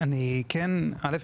א',